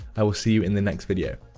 i will see you in the next video.